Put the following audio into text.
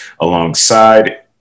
Alongside